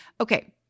Okay